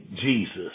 Jesus